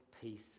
peace